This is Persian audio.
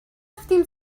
رفتیم